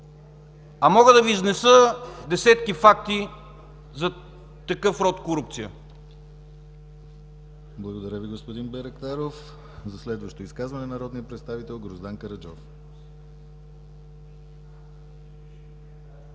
Мога да Ви изнеса десетки факти за такъв род корупция.